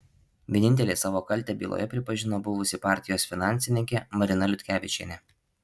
vienintelė savo kaltę byloje pripažino buvusi partijos finansininkė marina liutkevičienė